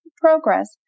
progress